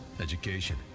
education